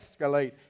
escalate